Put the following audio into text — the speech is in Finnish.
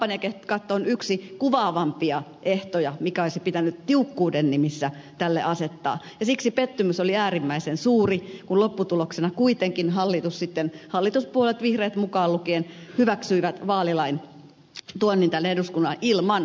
mielestäni kampanjakatto on kuvaavimpia ehtoja mikä olisi pitänyt tiukkuuden nimissä tälle asettaa ja siksi pettymys oli äärimmäisen suuri kun lopputuloksena kuitenkin hallitus sitten hyväksyi hallituspuolueet vihreät mukaan lukien hyväksyivät vaalilain tuonnin tänne eduskuntaan ilman kampanjakattoa